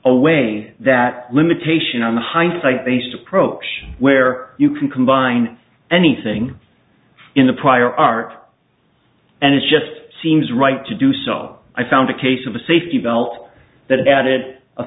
away that limitation on the hindsight based approach where you can combine anything in the prior art and it just seems right to do so i found a case of a safety belt that added a